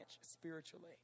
spiritually